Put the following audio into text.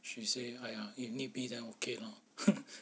she say !aiya! if need be then okay lor